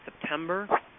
September